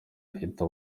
ahita